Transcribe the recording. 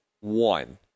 one